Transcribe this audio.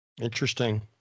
Interesting